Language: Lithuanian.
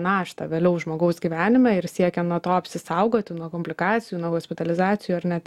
naštą vėliau žmogaus gyvenime ir siekiant nuo to apsisaugoti nuo komplikacijų nuo hospitalizacijų ar net